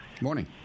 morning